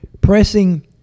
pressing